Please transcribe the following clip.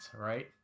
right